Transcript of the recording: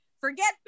forget